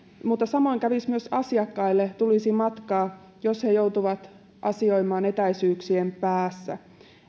mutta samoin kävisi myös asiakkaille tulisi matkaa jos he joutuisivat asioimaan etäisyyksien päässä